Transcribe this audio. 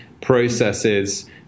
processes